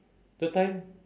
third time